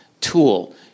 tool